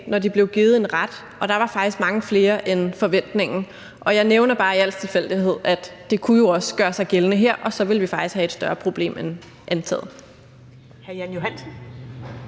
når de blev givet en ret. Og der var faktisk mange flere end forventet. Og jeg nævner bare i al stilfærdighed, at det jo også kunne gøre sig gældende her, og så ville vi faktisk have et større problem end antaget. Kl. 15:06 Første